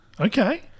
Okay